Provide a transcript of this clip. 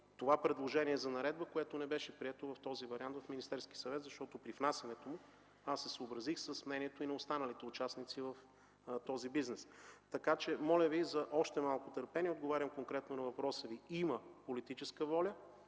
това предложение за наредба, което не беше прието в този вариант в Министерския съвет, защото при внасянето му, аз се съобразих с мнението и на останалите участници в този бизнес. Така че моля Ви за още малко търпение. Отговарям конкретно на въпроса Ви – има политическа воля.